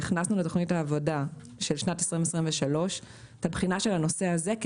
והכנסנו לתוכנית העבודה של 23' את הבחינה של הנושא הזה-